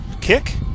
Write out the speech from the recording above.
kick